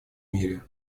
мире